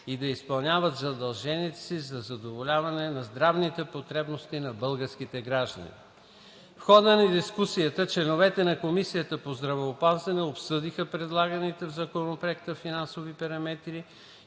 и да изпълняват задълженията си за задоволяване на здравните потребности на българските граждани. В хода на дискусията членовете на Комисията по здравеопазването обсъдиха предлаганите в Законопроекта финансови параметри